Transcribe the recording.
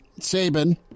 Saban